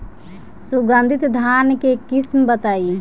सुगंधित धान के किस्म बताई?